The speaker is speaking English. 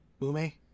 Mume